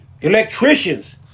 electricians